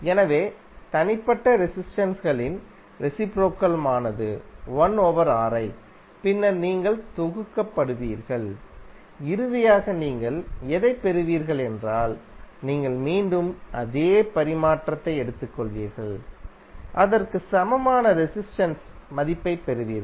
எனவே தனிப்பட்ட ரெசிஸ்டென்ஸ் களின் ரெசிப்ரோகல் மானது பின்னர் நீங்கள் தொகுக்கப்படுவீர்கள் இறுதியாக நீங்கள் எதைப் பெறுவீர்கள் என்றால் நீங்கள் மீண்டும் அதே பரிமாற்றத்தை எடுத்துக்கொள்வீர்கள் அதற்கு சமமான ரெசிஸ்டென்ஸ் மதிப்பைப் பெறுவீர்கள்